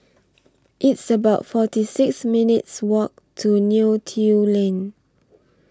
It's about forty six minutes' Walk to Neo Tiew Lane